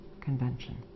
convention